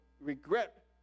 regret